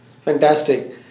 Fantastic